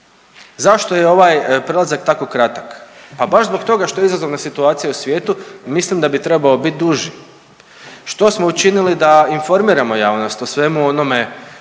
Zašto je ovaj prelazak tako kratak? Pa baš zbog toga što je izazovna situacija u svijetu. Mislim da bi trebao biti duži. Što smo učinili da informiramo javnost o svemu onome